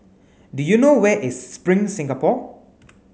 do you know where is Spring Singapore